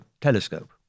telescope